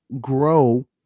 grow